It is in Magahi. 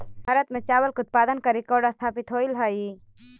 भारत में चावल के उत्पादन का रिकॉर्ड स्थापित होइल हई